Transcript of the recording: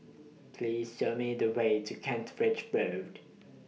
Please Show Me The Way to Kent Ridge Road